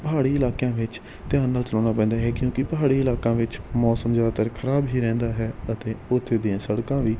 ਪਹਾੜੀ ਇਲਾਕਿਆਂ ਵਿੱਚ ਧਿਆਨ ਨਾਲ ਚਲਾਉਣਾ ਪੈਂਦਾ ਹੈ ਕਿਉਂਕਿ ਪਹਾੜੀ ਇਲਾਕਿਆ ਵਿੱਚ ਮੌਸਮ ਜ਼ਿਆਦਾਤਰ ਖ਼ਰਾਬ ਹੀ ਰਹਿੰਦਾ ਹੈ ਅਤੇ ਉੱਥੇ ਦੀਆਂ ਸੜਕਾਂ ਵੀ